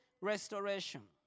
restoration